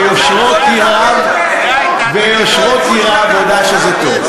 ביושרו כי רב הודה שזה טוב,